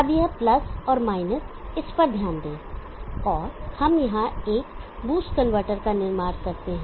अब यह प्लस और माइनस इस पर ध्यान दें और हम यहां एक बूस्ट कनवर्टर का निर्माण करते हैं